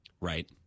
right